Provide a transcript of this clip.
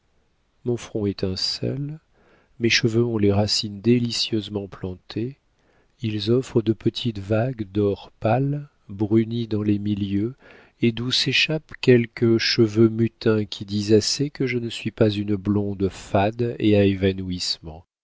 mon front étincelle mes cheveux ont les racines délicieusement plantées ils offrent de petites vagues d'or pâle bruni dans les milieux et d'où s'échappent quelques cheveux mutins qui disent assez que je ne suis pas une blonde fade et à évanouissements